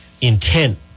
intent